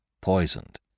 poisoned